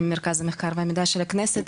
אני מהמרכז המחקר והמידע של הכנסת,